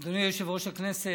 אדוני יושב-ראש הכנסת,